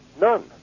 none